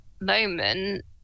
moment